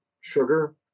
sugar